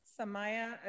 Samaya